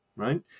Right